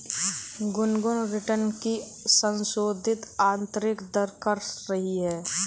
Gungun return की संशोधित आंतरिक दर कर रही है